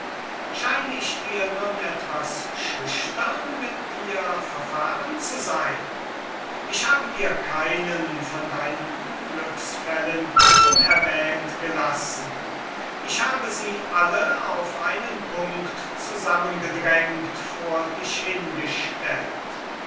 scheine ich dir nun etwa schüchtern mit dir verfahren zu sein ich habe dir keinen von deinen unglücksfällen unerwähnt gelassen ich habe sie alle auf einen punkt zusammengedrängt vor dich hingestellt